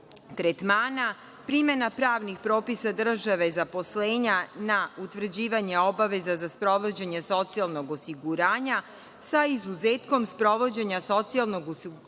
tretmana, primena pravnih propisan države zaposlenja na utvrđivanje obaveza za sprovođenje socijalnog osiguranja sa izuzetkom sprovođenja socijalnog osiguranja